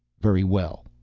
very well,